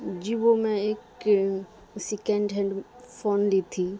جی وہ میں ایک سیکنڈ ہینڈ فون لی تھی